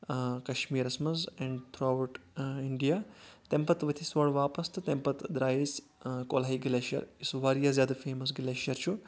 کشمیٖرس منٛز and throughout India تمہِ پتہٕ ؤتھۍ أسۍ اورٕ واپَس تہٕ تمہِ پتہٕ درٛایہِ أسۍ کۄلہے گلیشر یُس واریاہ زیٛادٕ فیمَس گلیشر چھُ